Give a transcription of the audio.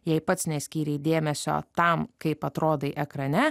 jei pats neskyrei dėmesio tam kaip atrodai ekrane